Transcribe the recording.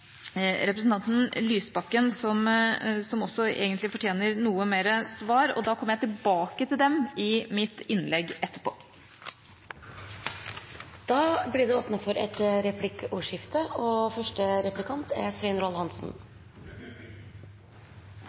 representanten Lysbakken, som egentlig også fortjener svar. Jeg kommer tilbake til dem i mitt innlegg etterpå. Det blir replikkordskifte. Nå sa utenriksministeren at statsministerens intervju ikke var noe linjeskift. Det er